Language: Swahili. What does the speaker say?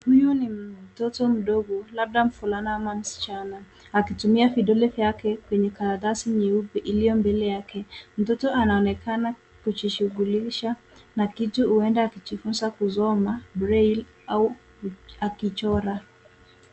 Huyu ni mtoto mdogo, labda mvulana ama msichana akitumia vidole vyake kwenye karatasi nyeupe iliyo mbele yake. mtoto anaonekana kujishugulisha na kitu huenda akijifunza kusoma braille au akichora.